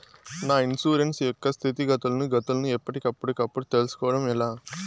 నా ఇన్సూరెన్సు యొక్క స్థితిగతులను గతులను ఎప్పటికప్పుడు కప్పుడు తెలుస్కోవడం ఎలా?